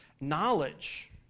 knowledge